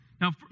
Now